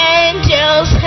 angels